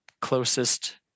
closest